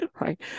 right